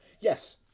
Yes